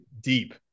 deep